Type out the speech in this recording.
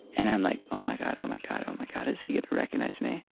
and i'm like oh my god oh my god oh my god is he recognized me